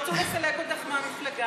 כשרצו לסלק אותך מהמפלגה.